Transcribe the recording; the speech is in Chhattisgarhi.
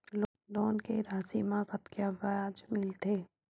लोन के राशि मा कतका ब्याज मिलथे?